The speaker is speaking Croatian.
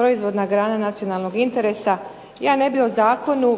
proizvodna grana nacionalnog interesa. Ja ne bih o zakonu,